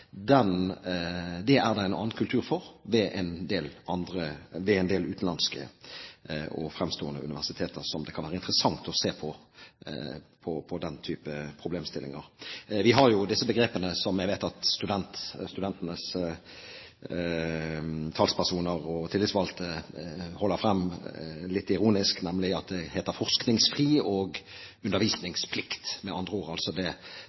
det er det en annen kultur for ved en del utenlandske og fremstående universiteter, og den typen problemstillinger kan det være interessant å se på. Vi har jo disse begrepene som jeg vet at studentenes talspersoner og tillitsvalgte holder frem litt ironisk, nemlig at det heter forskningsfri og undervisningsplikt. Med andre ord: Når man forsker, har man den store friheten, og da får man gjøre det